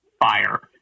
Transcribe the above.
fire